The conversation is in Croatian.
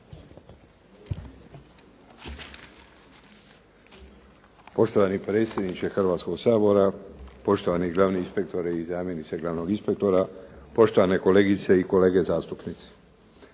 Poštovani predsjedniče Hrvatskog sabora, poštovani glavni inspektore i zamjenice glavnog inspektora, poštovane kolegice i kolege zastupnici.